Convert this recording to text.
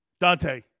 Dante